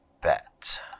bet